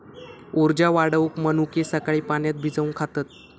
उर्जा वाढवूक मनुके सकाळी पाण्यात भिजवून खातत